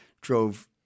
drove